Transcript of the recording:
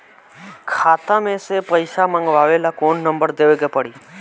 खाता मे से पईसा मँगवावे ला कौन नंबर देवे के पड़ी?